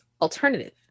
alternative